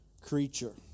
creature